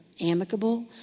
amicable